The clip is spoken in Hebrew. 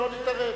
לא נתערב.